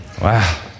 Wow